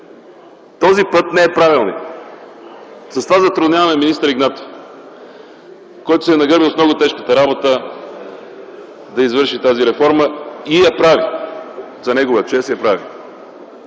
този път не е правилният. С това затрудняваме министър Игнатов, който се е нагърбил с много тежката работа да извърши тази реформа и я прави. За негова чест – я прави!